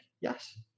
yes